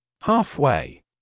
Halfway